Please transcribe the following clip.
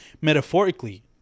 metaphorically